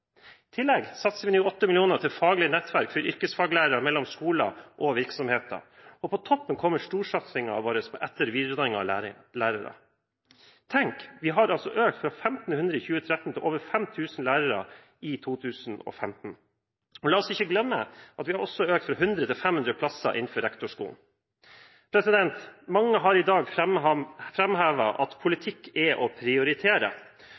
I tillegg satser vi nå 8 mill. kr til faglig nettverk for yrkesfaglærere mellom skoler og virksomheter, og på toppen kommer storsatsingen vår på etter- og videreutdanning av lærere. Tenk, vi har altså økt fra 1 500 i 2013 til over 5 000 lærere i 2015. La oss ikke glemme at vi også har økt fra 100 til 500 plasser innenfor rektorskolen. Mange har i dag framhevet at politikk er å prioritere,